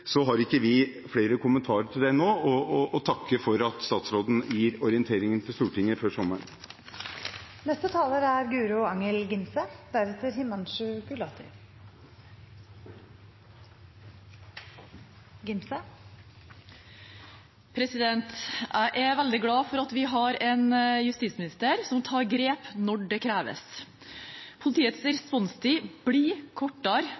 Så lenge det ikke er snakk om en generell bevæpning i større områder, men noen praktiske måter å løse denne bevæpningen på midlertidig ved sårbare objekter, har ikke vi flere kommentarer til det nå, og takker for at statsråden gir orienteringen til Stortinget før sommeren. Jeg er veldig glad for at vi har en justisminister som tar grep når det kreves. Politiets